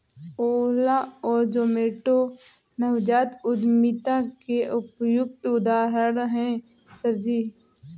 ओला और जोमैटो नवजात उद्यमिता के उपयुक्त उदाहरण है सर जी